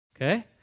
Okay